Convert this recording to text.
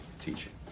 teaching